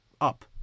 up